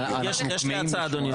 יש לי הצעה, אדוני יושב הראש.